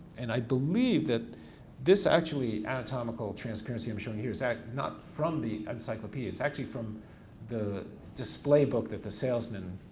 and i believe that this actually, anatomical transparency i'm showing here is not from the encyclopedia, it's actually from the display book that the salesmen